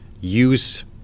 use